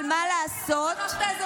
אבל מה לעשות, מה קרה,